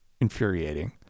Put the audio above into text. infuriating